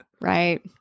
Right